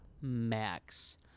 max